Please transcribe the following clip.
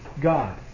God